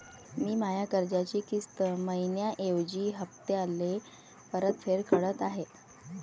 मी माया कर्जाची किस्त मइन्याऐवजी हप्त्याले परतफेड करत आहे